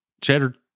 cheddar